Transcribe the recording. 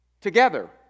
Together